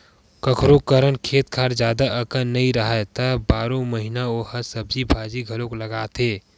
कखोरो करन खेत खार जादा अकन नइ राहय त बारो महिना ओ ह सब्जी भाजी घलोक लगाथे